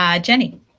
Jenny